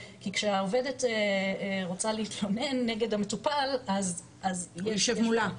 כי כשהעובדת רוצה להתלונן נגד המטופל אז הוא יושב מולה,